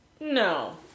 No